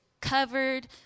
covered